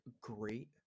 great